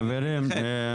חברים,